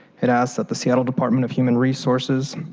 it asks that the seattle department of human resources,